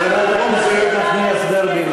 חברת הכנסת איילת נחמיאס ורבין.